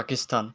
Pakistan